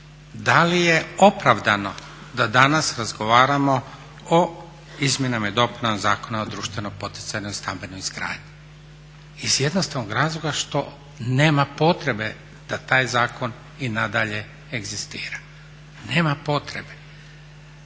da li je opravdano da danas razgovaramo o izmjenama i dopunama Zakona o društveno poticajnoj stambenoj izgradnji iz jednostavnog razloga što nema potrebe da taj zakon i na dalje egzistira, nema potrebe.